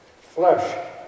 Flesh